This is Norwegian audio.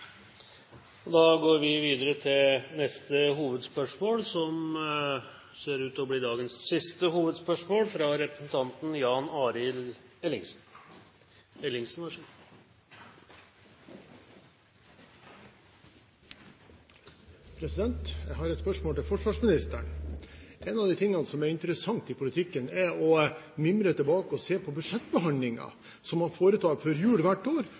Vi går videre til neste hovedspørsmål, som ser ut til å bli dagens siste hovedspørsmål. Jeg har et spørsmål til forsvarsministeren. Noe av det som er interessant i politikken, er å mimre tilbake og se på budsjettbehandlingen som man foretar før jul hvert år,